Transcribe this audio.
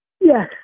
Yes